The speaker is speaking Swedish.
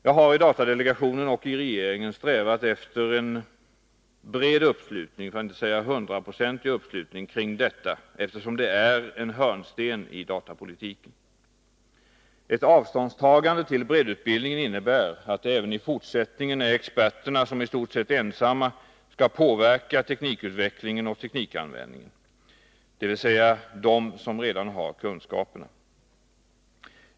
Jag har i datadelegationen och i regeringen strävat efter en bred, för att inte säga hundraprocentig uppslutning kring utbildningen, eftersom den är en hörnsten i datapolitiken. Ett avståndstagande från breddutbildningen innebär att det även i fortsättningen blir experterna som i stort sett ensamma skall påverka teknikutvecklingen och teknikanvändningen, dvs. de som redan har kunskaperna.